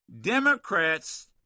Democrats